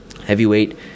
heavyweight